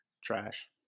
trash